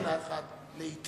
נמנע אחד.